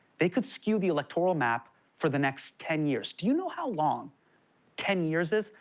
they could skew the electoral map for the next ten years. do you know how long ten years is?